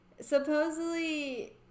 Supposedly